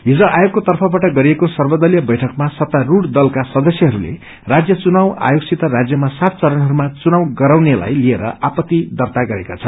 हिज आयोगको तर्फबाट गरिएको सर्वदलीय बैठकमा सत्तारूढ़ दलका सदस्यहस्ले राज्य चुनाव आयोगसित राज्यमा सात चरणहरूमा चुनाव गराउनेलाई लिएर आपत्ति दर्त्ता गरेका छन्